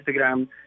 Instagram